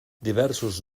diversos